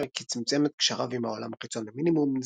סיפר כי צמצם את קשריו עם העולם החיצון למינימום,